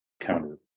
counter